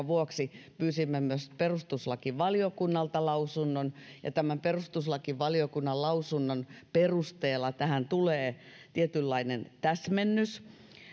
vuoksi pyysimme myös perustuslakivaliokunnalta lausunnon ja tämän perustuslakivaliokunnan lausunnon perusteella tähän tulee tietynlainen täsmennys